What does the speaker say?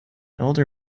older